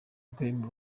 game